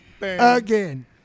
Again